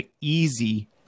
easy